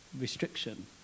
restriction